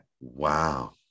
Wow